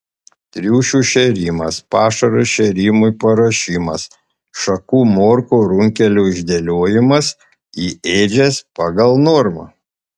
triušių šėrimas pašaro šėrimui paruošimas šakų morkų runkelių išdėliojimas į ėdžias pagal normą